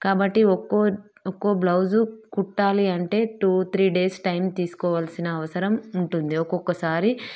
కాబట్టి ఒక్కో ఒక్కో బ్లౌజు కుట్టాలి అంటే టూ త్రీ డేస్ టైం తీసుకోవాల్సిన అవసరం ఉంటుంది ఒక్కొక్కసారి